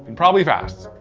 and probably fast,